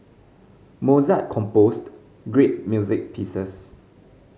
Mozart composed great music pieces